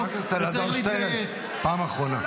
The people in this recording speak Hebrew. חבר הכנסת אלעזר שטרן, פעם אחרונה.